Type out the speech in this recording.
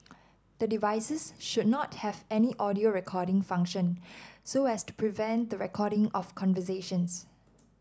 the devices should not have any audio recording function so as to prevent the recording of conversations